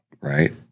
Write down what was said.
right